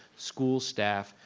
school staff,